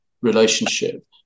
relationship